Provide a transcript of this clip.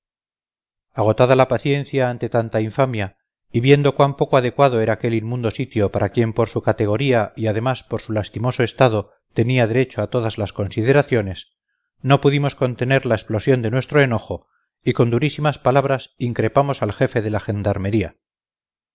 agotada la paciencia ante tanta infamia y viendo cuán poco adecuado era aquel inmundo sitio para quien por su categoría y además por su lastimoso estado tenía derecho a todas las consideraciones no pudimos contener la explosión de nuestro enojo y con durísimas palabras increpamos al jefe de la gendarmería